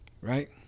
Right